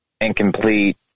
incomplete